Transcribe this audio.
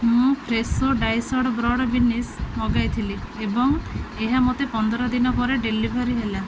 ମୁଁ fresho diced broad beans ମଗାଇଥିଲି ଏବଂ ଏହା ମୋତେ ପନ୍ଦର ଦିନ ପରେ ଡେଲିଭର୍ ହେଲା